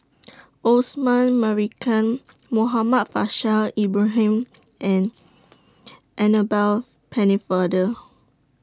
Osman Merican Muhammad Faishal Ibrahim and Annabel Pennefather